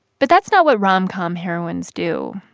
but that's not what rom-com heroines do,